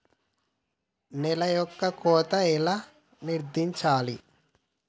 నేల యొక్క కోత ఎలా నిర్ధారించాలి?